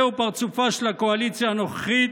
זהו פרצופה של הקואליציה הנוכחית,